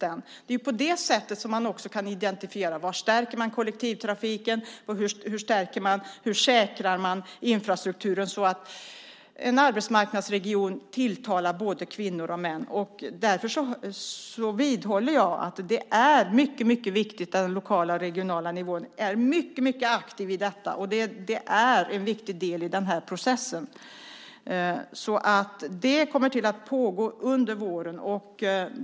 Det är på det sättet man också kan identifiera var man ska stärka kollektivtrafiken och hur man säkrar infrastrukturen så att en arbetsmarknadsregion tilltalar både kvinnor och män. Därför vidhåller jag att det är mycket viktigt att den lokala och regionala nivån är mycket aktiv i detta. Det är en viktig del i den här processen. Det kommer att pågå under våren.